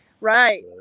Right